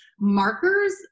markers